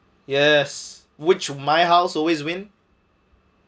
yes which my house always win